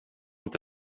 inte